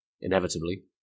Inevitably